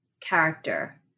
character